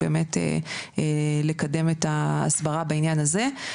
באמת לקדם את ההסברה בעניין הזה.